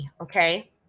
okay